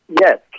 yes